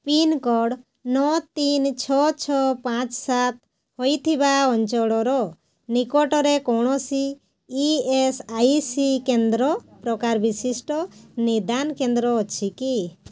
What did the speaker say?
pincode ନଅ ତିନି ଛଅ ଛଅ ପାଞ୍ଚ ସାତ ହେଇଥିବା ଅଞ୍ଚଳର ନିକଟରେ କୌଣସି ଇ ଏସ୍ ଆଇ ସି କେନ୍ଦ୍ର ପ୍ରକାର ବିଶିଷ୍ଟ ନିଦାନ କେନ୍ଦ୍ର ଅଛି କି